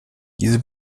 diese